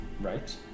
Right